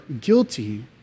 guilty